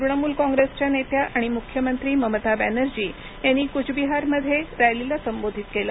तृणमूल काँग्रेसच्या नेत्या आणि मुख्यमंत्री ममता बॅनर्जी यांनी कूचबिहार मध्ये रॅलीला संबोधित केलं